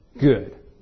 good